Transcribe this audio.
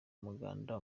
muganda